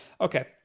Okay